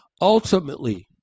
Ultimately